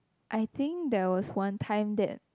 I think there was one time that